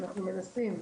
אנחנו מנסים.